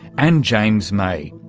and james may,